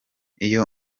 iyo